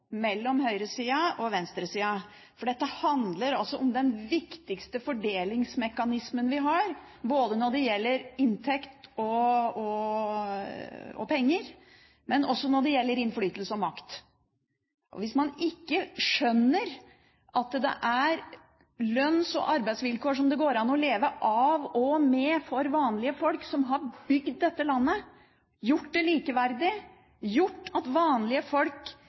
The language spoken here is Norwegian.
Dette handler om den viktigste fordelingsmekanismen vi har når det gjelder både inntekt og penger, men også når det gjelder innflytelse og makt. Hvis man ikke skjønner at det er lønns- og arbeidsvilkår som det går an å leve av og med for vanlige folk, som har bygd dette landet, gjort det likeverdig, gjort at vanlige folk